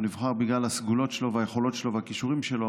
הוא נבחר בגלל הסגולות שלו והיכולות שלו והכישורים שלו,